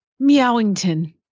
meowington